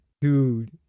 Dude